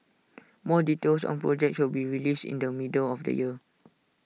more details on projects will be released in the middle of the year